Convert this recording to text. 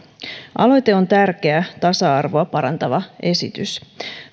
aloite on tärkeä tasa arvoa parantava esitys